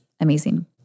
amazing